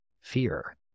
fear